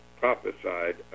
prophesied